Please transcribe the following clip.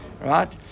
right